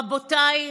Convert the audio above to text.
רבותיי,